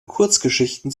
kurzgeschichten